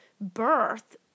birth